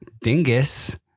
Dingus